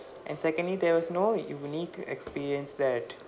and secondly there was no unique experience that